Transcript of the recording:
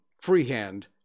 freehand